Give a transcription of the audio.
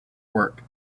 work